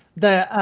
the.